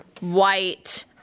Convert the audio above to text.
white